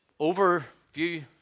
overview